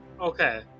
Okay